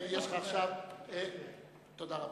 תודה רבה.